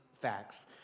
facts